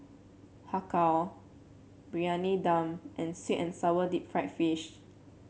Har Kow Briyani Dum and sweet and sour Deep Fried Fish